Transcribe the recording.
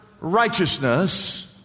righteousness